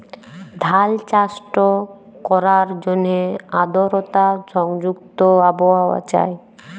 ধাল চাষট ক্যরার জ্যনহে আদরতা সংযুক্ত আবহাওয়া চাই